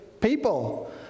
people